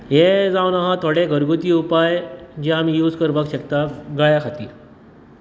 हें जावन आहा थोडे घरगुती उपाय जे आमी यूज करपाक शकतात गळ्या खातीर